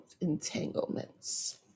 entanglements